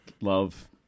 love